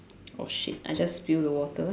oh shit I just spilled the water